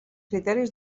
criteris